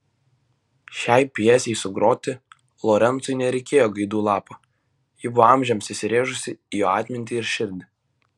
šiai pjesei sugroti lorencui nereikėjo gaidų lapo ji buvo amžiams įsirėžusi į jo atmintį ir širdį